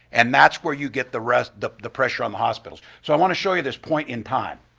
and that's where you get the rest the the pressure on the hospitals. so i want to show you this point in time.